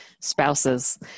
spouses